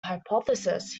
hypothesis